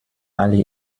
allen